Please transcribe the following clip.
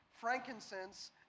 frankincense